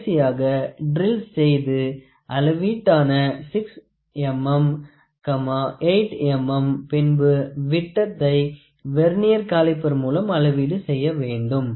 கடைசியாக ட்ரில் செய்து அளவீட்டான 6 mm 8 mm பின்பு விட்டத்தை வெர்னியர் காலிப்பர் மூலம் அளவீடு செய்ய வேண்டும்